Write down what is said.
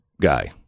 guy